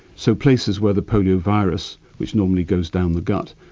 so places where the polio virus, which normally goes down the gut,